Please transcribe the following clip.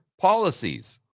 policies